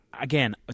again